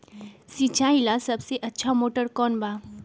सिंचाई ला सबसे अच्छा मोटर कौन बा?